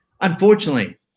unfortunately